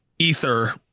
Ether